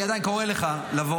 אני עדיין קורא לך לבוא,